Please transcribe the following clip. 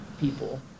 people